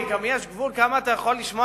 אני באתי רוגז כי גם יש גבול כמה אתה יכול לשמוע